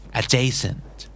adjacent